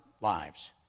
lives